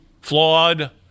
flawed